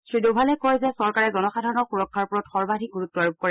শ্ৰীডোভালে কয় যে চৰকাৰে জনসাধাৰণৰ সুৰক্ষাৰ ওপৰত সৰ্বাধিক গুৰুত্ আৰোপ কৰে